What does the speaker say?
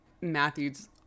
Matthew's